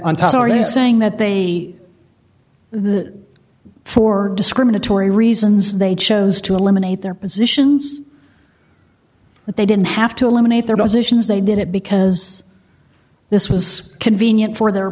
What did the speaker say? on top of are you saying that they the for discriminatory reasons they chose to eliminate their positions but they didn't have to eliminate their dozens they did it because this was convenient for their